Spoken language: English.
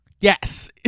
Yes